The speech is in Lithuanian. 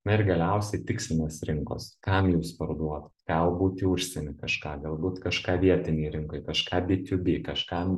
na ir galiausiai tikslinės rinkos kam jūs parduodat galbūt į užsienį kažką galbūt kažką vietinėj rinkoj kažką by tiu by kažkam